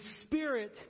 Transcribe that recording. spirit